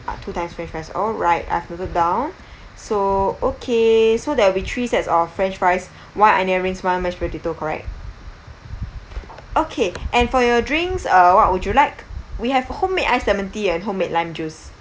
uh two times french fries all right I've noted down so okay so there'll be three sets of french fries one onion rings one mashed potato correct okay and for your drinks uh what would you like we have homemade iced lemon tea and homemade lime juice